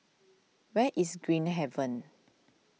where is Green Haven